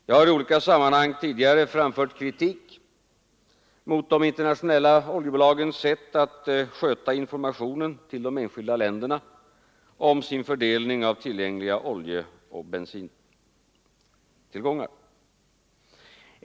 Jag har i olika sammanhang tidigare framfört kritik mot de internationella oljebolagens sätt att sköta informationen till de enskilda länderna om sin fördelning av tillgängliga oljeoch bensintillgångar.